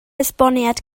esboniad